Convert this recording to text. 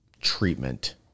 treatment